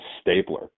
stapler